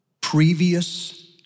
previous